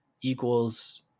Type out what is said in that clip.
equals